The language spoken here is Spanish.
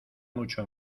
mucho